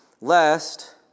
lest